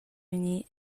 vegnir